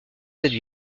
cette